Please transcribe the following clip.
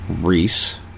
Reese